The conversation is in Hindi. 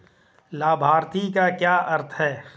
लाभार्थी का क्या अर्थ है?